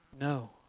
No